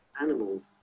animals